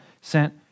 sent